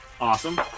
awesome